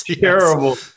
terrible